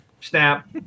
Snap